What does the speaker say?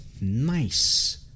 Nice